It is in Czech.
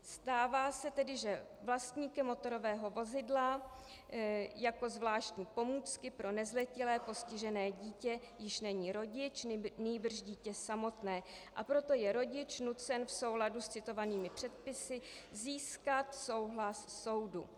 Stává se tedy, že vlastníkem motorového vozidla jako zvláštní pomůcky pro nezletilé postižené dítě již není rodič, nýbrž dítě samotné, a proto je rodič nucen v souladu s citovanými předpisy získat souhlas soudu.